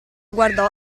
guardò